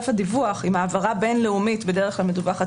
אם העברה בין-לאומית בדרך כלל מדווחת